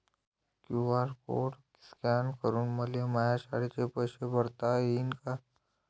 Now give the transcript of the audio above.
QR code scan करून मले माया शाळेचे पैसे भरता येईन का?